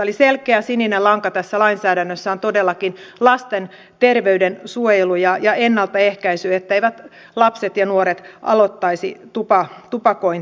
eli selkeä sininen lanka tässä lainsäädännössä on todellakin lasten terveyden suojelu ja ennaltaehkäisy etteivät lapset ja nuoret aloittaisi tupakointia